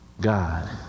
God